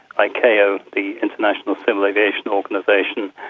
like ah ah the international civil aviation organisation,